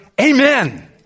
Amen